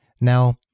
Now